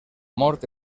mort